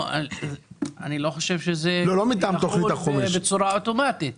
אני לא חושב שזה יחול בצורה אוטומטית.